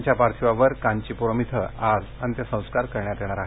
त्यांच्या पार्थिवावर कांचीपुरम इथं आज अंत्यसंस्कार करण्यात येणार आहेत